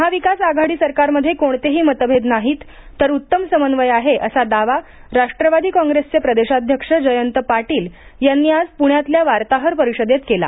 महाविकास आघाडी सरकारमध्ये कोणतेही मतभेद नाही तर उत्तम समन्वय आहे असा दावा राष्ट्रवादी कॉंग्रेसचे प्रदेशाध्यक्ष जयंत पाटील यांनी आज पुण्यातल्या वार्ताहर परिषदेत केला